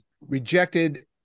rejected